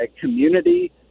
community